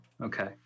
Okay